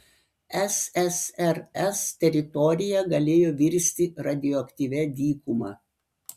ssrs teritorija galėjo virsti radioaktyvia dykuma